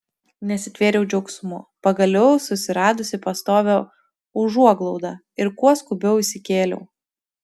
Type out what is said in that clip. nesitvėriau džiaugsmu pagaliau susiradusi pastovią užuoglaudą ir kuo skubiau įsikėliau